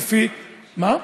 מה?